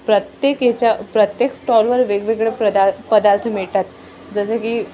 प्रत्येक याच्या प्रत्येक स्टॉलवर वेगवेगळे प्रदा पदार्थ मिळतात जसे की